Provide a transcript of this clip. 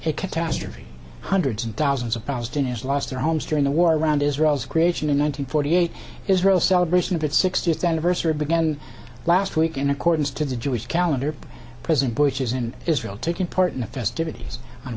a catastrophe hundreds and thousands of palestinians lost their homes during the war around israel's creation in one nine hundred forty eight israel celebration of its sixtieth anniversary began last week in accordance to the jewish calendar president bush is in israel taking part in the festivities on